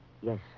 Yes